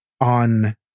on